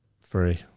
free